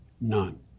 None